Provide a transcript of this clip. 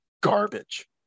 garbage